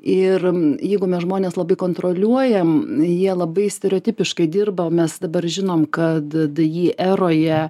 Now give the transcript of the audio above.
ir jeigu mes žmones labai kontroliuojam jie labai stereotipiškai dirba o mes dabar žinom kad di eroje